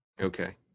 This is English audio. Okay